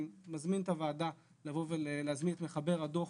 אני מזמין את הוועדה לבוא ולהזמין את מחבר הדו"ח